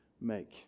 make